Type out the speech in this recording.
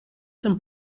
some